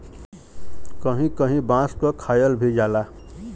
कहीं कहीं बांस क खायल भी जाला